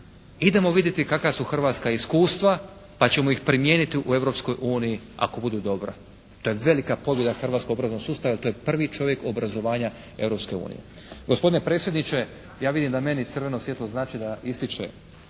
idemo vidjeti kakva su hrvatska iskustva, pa ćemo ih primijeniti u Europskoj uniji ako budu dobra. To je velika pobjeda hrvatskog obrazovnog sustava, to je prvi čovjek obrazovanja